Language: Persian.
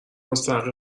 مستحق